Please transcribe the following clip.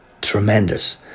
tremendous